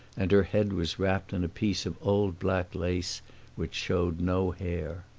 and her head was wrapped in a piece of old black lace which showed no hair.